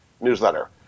newsletter